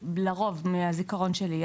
לרוב, מהזיכרון שלי.